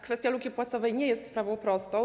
Kwestia luki płacowej nie jest sprawą prostą.